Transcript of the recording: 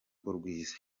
rwiza